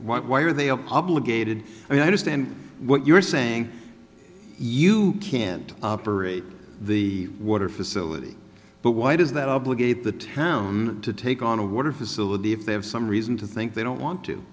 action why are they are obligated i mean i understand what you're saying you can't operate the water facility but why does that obligate the town to take on a water facility if they have some reason to think they don't want to